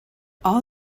all